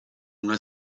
una